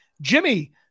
Jimmy